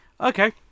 Okay